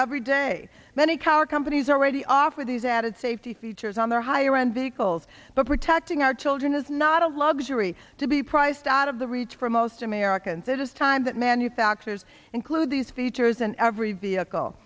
every day many car companies are already off with these added safety features on their higher end vehicles but protecting our children is not a luxury to be priced out of the reach for most americans it is time that manufacturers include these features in every vehicle